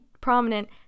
prominent